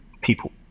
people